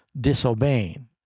disobeying